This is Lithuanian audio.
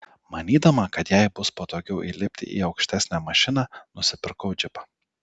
manydama kad jai bus patogiau įlipti į aukštesnę mašiną nusipirkau džipą